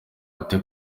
ate